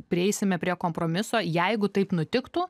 prieisime prie kompromiso jeigu taip nutiktų